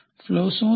flow શું છે